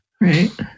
Right